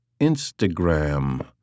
Instagram